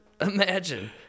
Imagine